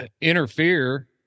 interfere